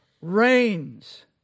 reigns